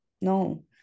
no